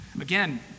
Again